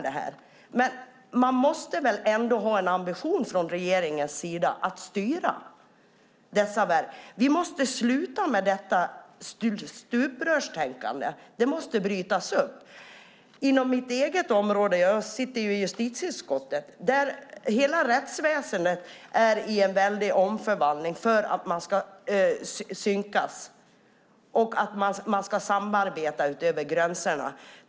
Regeringen måste väl ändå ha ambitionen att styra dessa verk. Vi måste sluta med stuprörstänkandet. Det måste brytas upp. Jag sitter i justitieutskottet. Hela rättsväsendet är i omvandling för att man ska synkas och samarbeta över gränserna.